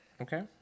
Okay